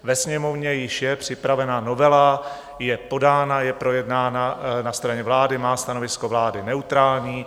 Ve Sněmovně již je připravena novela, je podána, je projednána na straně vlády, má stanovisko vlády neutrální.